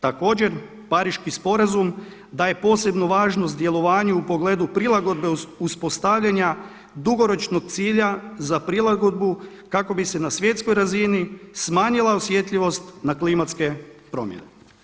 Također Pariški sporazum daje posebnu važnost djelovanju u pogledu prilagodbe uspostavljanja dugoročnog cilja za prilagodbu kako bi se na svjetskoj razini smanjila osjetljivost na klimatske promjene.